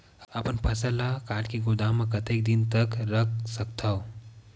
अपन फसल ल काट के गोदाम म कतेक दिन तक रख सकथव?